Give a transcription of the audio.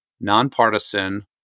nonpartisan